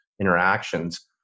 interactions